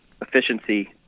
efficiency